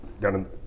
down